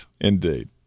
Indeed